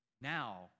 now